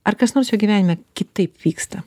ar kas nors jo gyvenime kitaip vyksta